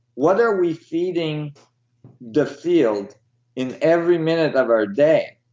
what are we feeding the field in every minute of our day?